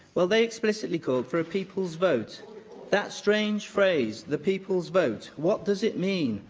well, they explicitly call for a people's vote that strange phrase, the people's vote. what does it mean?